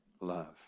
love